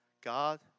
God